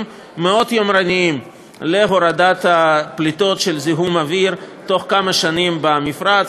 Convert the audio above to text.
מאוד יומרניים להורדת הפליטות של זיהום אוויר בתוך כמה שנים במפרץ.